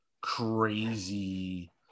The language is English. crazy